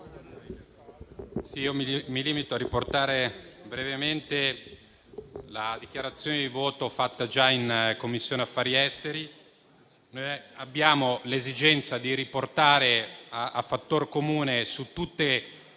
mi limito a riportare brevemente la dichiarazione di voto fatta già in Commissione affari esteri. Abbiamo l'esigenza di riportare a fattor comune tutte